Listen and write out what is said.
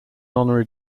honorary